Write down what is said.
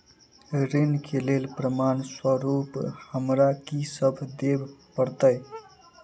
ऋण केँ लेल प्रमाण स्वरूप हमरा की सब देब पड़तय?